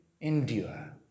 endure